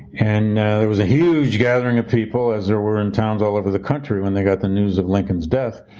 and there was a huge gathering of people as there were in towns all over the country, when they got the news of lincoln's death,